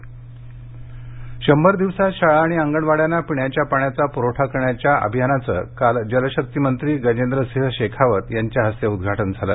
जलशक्ती अभियान शंभर दिवसांत शाळा आणि अंगणवाड्यांना पिण्याच्या पाण्याचा प्रवठा करण्याच्या अभियानाचे काल जलशक्ती मंत्री गजेंद्रसिंह शेखावत यांच्या हस्ते उद्घाटन झालं